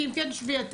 כי אם כן, שבי.